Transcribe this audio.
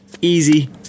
Easy